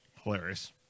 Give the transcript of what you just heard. Hilarious